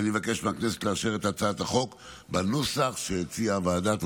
ואני מבקש מהכנסת לאשר את הצעת החוק בנוסח שהציעה הוועדה.